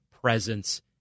presence